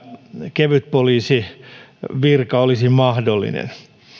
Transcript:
kevytpoliisivirka olisi mahdollinen